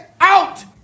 out